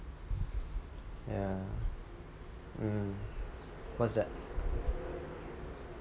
yeah mm what's that